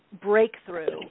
breakthrough